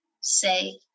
say